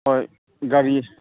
ꯍꯣꯏ ꯒꯥꯔꯤ